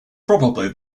probably